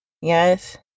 Yes